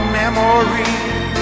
memories